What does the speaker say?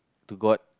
to god